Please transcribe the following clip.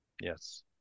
yes